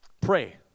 Pray